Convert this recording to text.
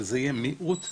אבל זה יהיה מיעוט שבמיעוט.